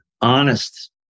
honest